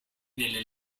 nelle